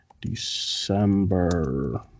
December